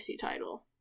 title